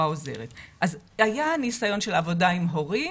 היה ניסיון של עבודה עם הורים.